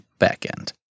backend